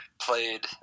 played